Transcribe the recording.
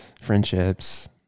friendships